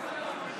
מה שהיו"ר מחליטה.